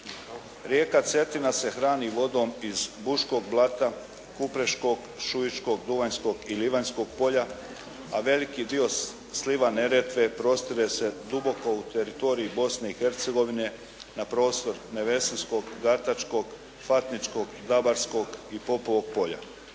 Rijeka Cetina se hrani vodom iz Buškog Blata, Kupreškog, Šiškog, Duvanjskog i Livanjskog polja a veliki dio sliva Neretve prostire se duboko u teritorij Bosne i Hercegovine na prostor Nevesinskog, Blatačkog, Fatničkog, Dabarskog i Popovog polja